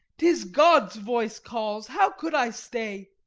tis god's voice calls, how could i stay?